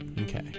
Okay